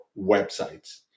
websites